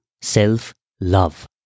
self-love